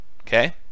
Okay